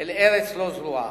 אל ארץ לא זרועה.